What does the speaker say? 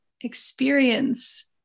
experience